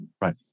right